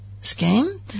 scheme